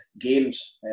games